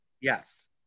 Yes